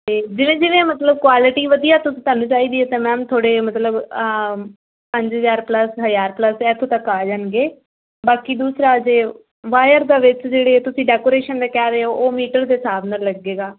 ਅਤੇ ਜਿਵੇਂ ਜਿਵੇਂ ਮਤਲਬ ਕੁਆਲਟੀ ਵਧੀਆ ਤੁ ਤੁਹਾਨੂੰ ਚਾਹੀਦੀ ਤਾਂ ਮੈਮ ਥੋੜ੍ਹੇ ਮਤਲਬ ਪੰਜ ਹਜ਼ਾਰ ਪਲੱਸ ਹੈ ਹਜ਼ਾਰ ਪਲੱਸ ਇੱਥੋਂ ਤੱਕ ਆ ਜਾਣਗੇ ਬਾਕੀ ਦੂਸਰਾ ਜੇ ਵਾਇਰ ਦਾ ਵਿੱਚ ਜਿਹੜੇ ਤੁਸੀਂ ਡੈਕੋਰੇਸ਼ਨ ਦਾ ਕਹਿ ਰਹੇ ਹੋ ਉਹ ਮੀਟਰ ਦੇ ਹਿਸਾਬ ਨਾਲ ਲੱਗੇਗਾ